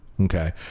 Okay